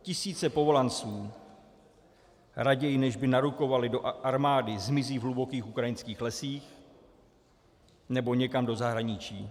Tisíce povolanců raději, než by narukovali do armády, zmizí v hlubokých ukrajinských lesích nebo někam do zahraničí.